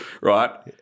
right